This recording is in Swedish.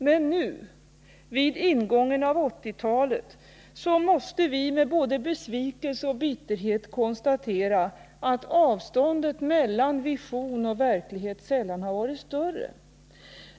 Men nu, vid ingången av 1980-talet, måste vi med både besvikelse och bitterhet konstatera att avståndet mellan vision och verklighet sällan har varit större.